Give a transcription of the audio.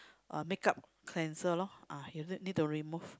uh makeup cleanser lor ah you need to remove